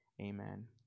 Amen